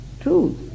Truth